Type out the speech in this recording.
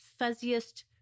fuzziest